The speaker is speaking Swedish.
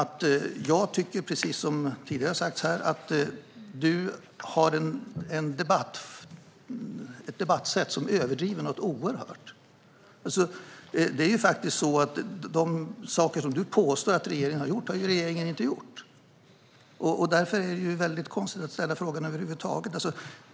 Jag tycker, precis som tidigare har sagts här, att du har ett sätt att debattera som innebär att du överdriver oerhört mycket. De saker som du påstår att regeringen har gjort har regeringen inte gjort. Därför är det mycket konstigt att ställa frågan över huvud taget.